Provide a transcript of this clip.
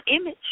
image